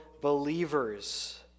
believers